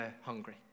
hungry